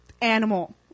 Animal